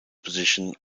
position